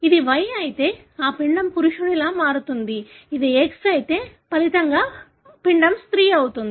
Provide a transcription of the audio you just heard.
ఇది Y అయితే ఆ పిండం పురుషుడిగా మారుతుంది ఇది X అయితే ఫలితంగా పిండం స్త్రీ అవుతుంది